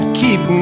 keep